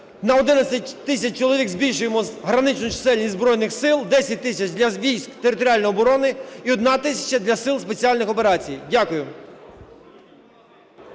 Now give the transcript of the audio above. На 11 тисяч чоловік збільшуємо граничну чисельність Збройних Сил: 10 тисяч – для військ територіальної оборони і 1 тисяча – для Сил спеціальних операцій. Дякую.